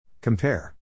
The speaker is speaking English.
Compare